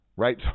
Right